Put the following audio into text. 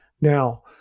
Now